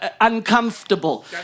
Uncomfortable